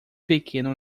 pequeno